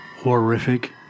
Horrific